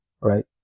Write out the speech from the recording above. right